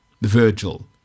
Virgil